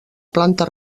planta